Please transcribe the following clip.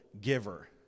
giver